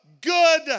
good